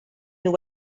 nhw